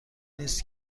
نیست